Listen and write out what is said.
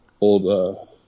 Old